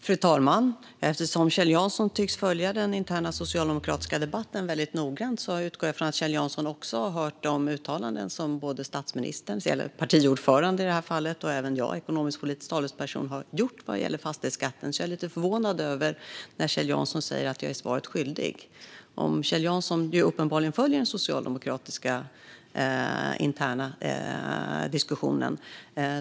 Fru talman! Eftersom Kjell Jansson tycks följa den interna socialdemokratiska debatten väldigt noggrant utgår jag från att Kjell Jansson också har hört de uttalanden som både statsministern, det vill säga partiordföranden, och jag, som är ekonomisk-politisk talesperson, har gjort vad gäller fastighetsskatten. Jag är därför lite förvånad över att Kjell Jansson säger att jag är svaret skyldig. Kjell Jansson följer uppenbarligen den socialdemokratiska interna diskussionen.